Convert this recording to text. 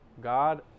God